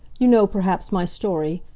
you know perhaps my story.